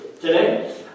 today